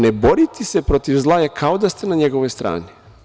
Ne boriti se protiv zla je kao da ste na njegovog strani.